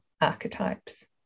archetypes